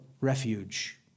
refuge